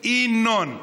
ינון.